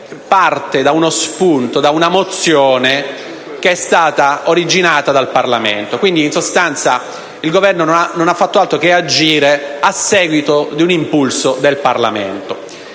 prende spunto da una mozione che è stata originata dal Parlamento. In sostanza quindi il Governo non ha fatto altro che agire a seguito di un impulso del Parlamento.